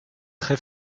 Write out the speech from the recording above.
très